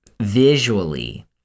visually